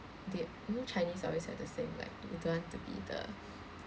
they you know chinese always have the saying like you don't want to be the